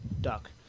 duck